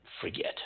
forget